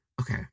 okay